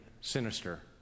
sinister